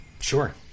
Sure